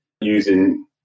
using